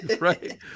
Right